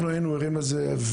היינו ערים לזה.